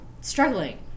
struggling